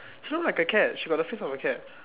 she look like a cat she got the face of a cat